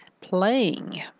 playing